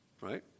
right